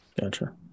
Gotcha